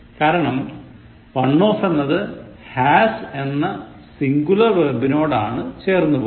കാരണം "one of" എന്നത് has എന്ന സിന്ഗുലർ വെർബിനോടാണ് ചേർന്നു പോകുന്നത്